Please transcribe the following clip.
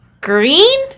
Green